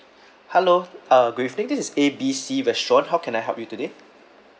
hello uh greeting this is A B C restaurant how can I help you today